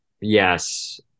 Yes